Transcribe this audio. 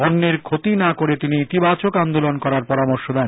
অন্যের ক্ষতি না করে তিনি ইতিবাচক আন্দোলন করার পরামর্শ দেন